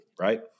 right